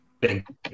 big